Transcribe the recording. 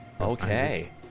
Okay